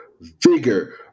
vigor